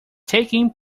taking